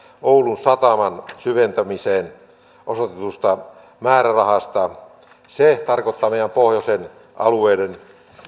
oulun sataman syventämiseen osoitetusta määrärahasta se tarkoittaa meidän pohjoisen alueiden